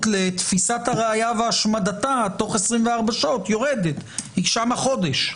לתפיסת הראיה והשמדתה תוך 24 שעות יורדת כי היא שם חודש?